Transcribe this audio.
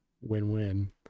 win-win